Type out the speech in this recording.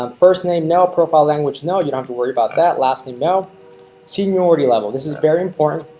um first name no profile language. no, you don't have to worry about that last name. no seniority level. this is very important.